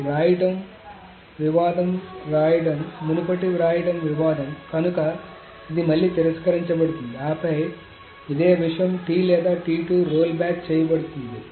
ఇవి వ్రాయడం వివాదం రాయడం మునుపటిది వ్రాయడం వివాదం కనుక ఇది మళ్లీ తిరస్కరించ బడుతుంది ఆపై అదే విషయం T లేదా రోల్ బ్యాక్ చేయబడుతుంది